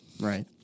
Right